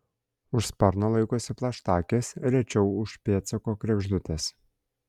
už sparno laikosi plaštakės rečiau už pėdsako kregždutės